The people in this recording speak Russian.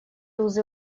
узы